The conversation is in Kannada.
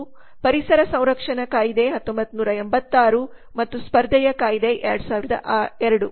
ಪರಿಸರ ಸಂರಕ್ಷಣಾ ಕಾಯ್ದೆ 1986 ಮತ್ತು ಸ್ಪರ್ಧೆಯ ಕಾಯ್ದೆ 2002